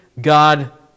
God